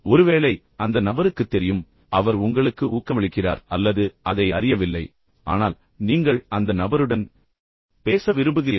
ஒருவேளை அந்த நபருக்குத் தெரியும் அவர் அல்லது அவள் உங்களுக்கு ஊக்கமளிக்கிறார்கள் அல்லது அதை அறியவில்லை ஆனால் நீங்கள் அந்த நபருடன் பேச விரும்புகிறீர்கள்